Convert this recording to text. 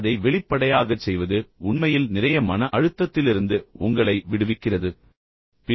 எனவே அதை வெளிப்படையாகச் செய்வது உண்மையில் நிறைய மன அழுத்தத்திலிருந்து உங்களை விடுவிக்கிறது இது உங்களுக்கு மன அமைதியைத் தருகிறது